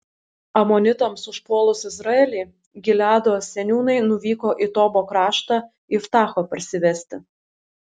amonitams užpuolus izraelį gileado seniūnai nuvyko į tobo kraštą iftacho parsivesti